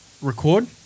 Record